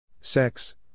Sex